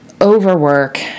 overwork